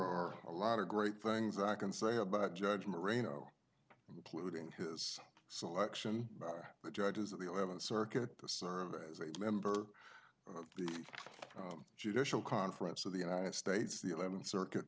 are a lot of great things i can say about judge maria no polluting his selection by the judges of the eleventh circuit to serve as a member of the judicial conference of the united states the eleventh circuit